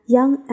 Young